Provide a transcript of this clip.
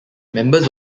members